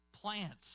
plants